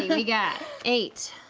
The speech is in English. we got eight.